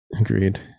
Agreed